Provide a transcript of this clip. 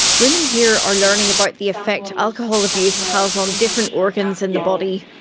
women here are learning about the effect alcohol abuse has on different organs in the body.